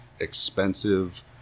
expensive